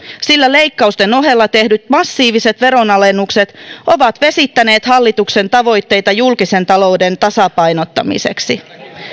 sillä leikkausten ohella tehdyt massiiviset veronalennukset ovat vesittäneet hallituksen tavoitteita julkisen talouden tasapainottamiseksi